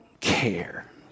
care